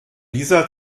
dieser